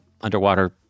underwater